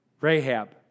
Rahab